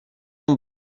amb